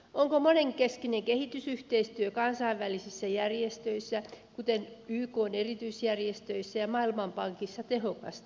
onko monenkeskinen kehitysyhteistyö kansainvälisissä järjestöissä kuten ykn erityisjärjestöissä ja maailmanpankissa tehokasta